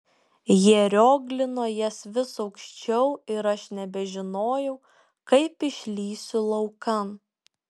jie rioglino jas vis aukščiau ir aš nebežinojau kaip išlįsiu laukan